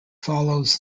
follows